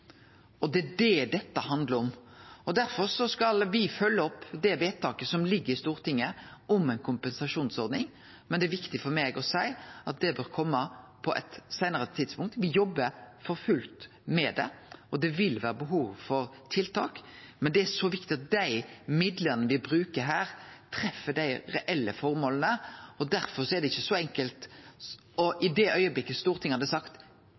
Det er det dette handlar om. Derfor skal me følgje opp det vedtaket som ligg i Stortinget om ei kompensasjonsordning, men det er viktig for meg å seie at det bør kome på eit seinare tidspunkt. Me jobbar for fullt med det, og det vil vere behov for tiltak, men det er så viktig at dei midlane me bruker her, treffer dei reelle formåla, og derfor er det ikkje så enkelt. I den augneblinken Stortinget hadde sagt: